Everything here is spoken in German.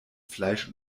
fleisch